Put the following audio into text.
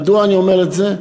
מדוע אני אומר את זה?